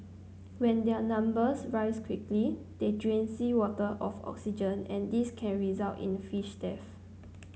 when their numbers rise quickly they drain seawater of oxygen and this can result in fish death